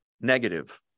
negative